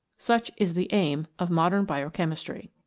such is the aim of modern biochemistry.